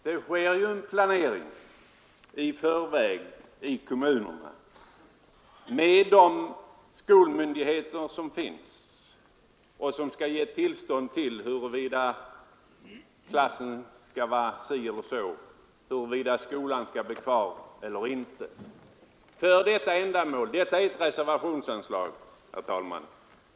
Herr talman! Det sker en planering i förväg i kommunerna med hjälp av de skolmyndigheter som finns. Man fattar där beslut om hur klasserna skall se ut, om skolan skall finnas kvar eller inte, osv. Detta är ett reservationsanslag.